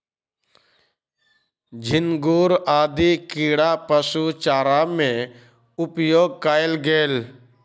झींगुर आदि कीड़ा पशु चारा में उपयोग कएल गेल